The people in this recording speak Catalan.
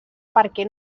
perquè